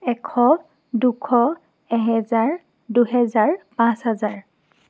এশ দুশ এহেজাৰ দুহেজাৰ পাঁচ হাজাৰ